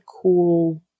cool